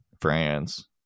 France